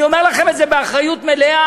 אני אומר לכם את זה באחריות מלאה,